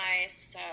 nice